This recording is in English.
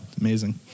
amazing